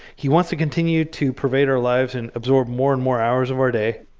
he wants to continue to pervade our lives and absorb more and more hours of our day.